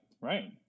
right